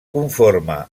conforma